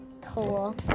cool